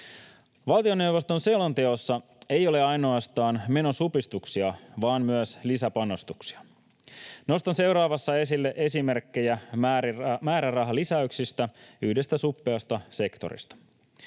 Valtioneuvoston selonteossa ei ole ainoastaan menosupistuksia, vaan myös lisäpanostuksia. Nostan seuraavassa esille esimerkkejä määrärahalisäyksistä yhdestä suppeasta sektorista: